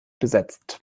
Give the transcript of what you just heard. besetzt